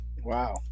wow